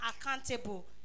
accountable